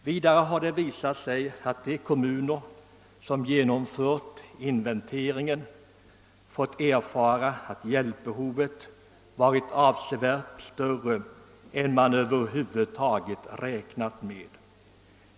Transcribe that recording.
Vidare har det visat sig att de kommuner som genomfört inventeringen har kommit underfund med att hjälpbehovet varit avsevärt större än man räknat med.